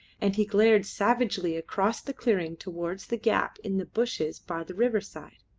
and he glared savagely across the clearing towards the gap in the bushes by the riverside.